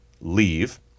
leave